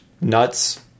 nuts